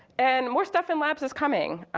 and more stuff in labs is coming.